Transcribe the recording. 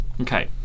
Okay